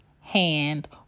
hand